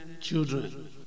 children